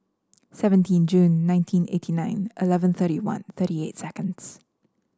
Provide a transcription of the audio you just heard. seventeen June nineteen eighty nine eleven thirty one thirty eight seconds